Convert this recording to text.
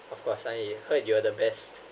of course I heard you're the best